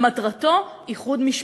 ומטרתו: איחוד משפחות.